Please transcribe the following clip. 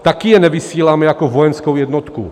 Taky je nevysíláme jako vojenskou jednotku.